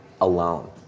alone